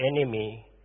enemy